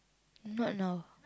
not now